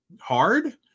hard